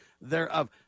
thereof